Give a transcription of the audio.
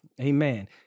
Amen